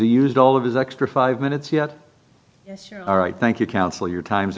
he used all of his extra five minutes yet all right thank you counsel your time